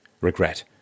Regret